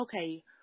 okay